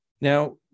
Now